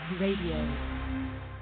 Radio